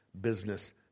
business